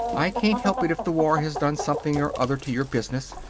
i can't help it if the war has done something or other to your business.